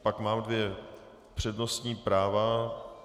Pak mám dvě přednostní práva.